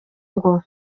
ngo